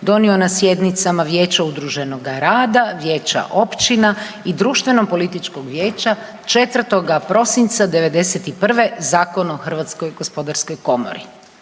donio na sjednicama Vijeća udruženoga rada, Vijeća općina i Društvenopolitičkog vijeća 4. prosinca '91. Zakon o HGK. Stoga je